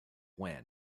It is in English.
when